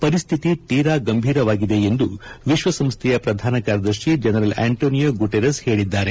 ಪರಿಸ್ಥಿತಿ ತೀರಾ ಗಂಭೀರವಾಗಿದೆ ಎಂದು ವಿಶ್ವಸಂಸ್ಥೆಯ ಪ್ರಧಾನಕಾರ್ಯದರ್ಶಿ ಜನರಲ್ ಆ್ಲಂಟೋನಿಯೊ ಗುಟೆರ್ರಸ್ ಹೇಳಿದ್ದಾರೆ